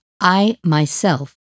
I-myself